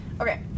Okay